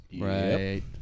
Right